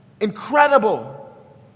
incredible